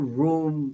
room